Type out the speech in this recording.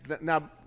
now